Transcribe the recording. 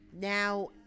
now